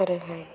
आरोहाय